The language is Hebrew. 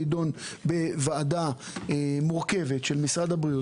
נדונה בוועדה מורכבת של משרד הבריאות,